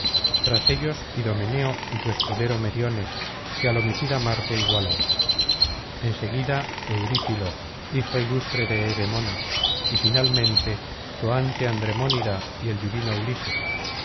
tras ellos idomeneo y su escudero meriones que al homicida marte igualaba en seguida eurípilo hijo ilustre de evemón y finalmente toante andremóniday el divino ulises